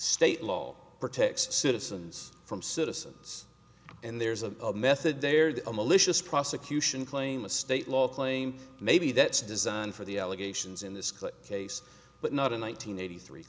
state law protect citizens from citizens and there's a method there a malicious prosecution claim a state law claim maybe that's designed for the allegations in this case but not in one nine hundred eighty three